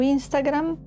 Instagram